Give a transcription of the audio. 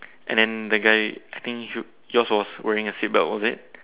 and then the guy I think your yours was wearing a seat belt was it